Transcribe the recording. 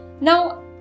now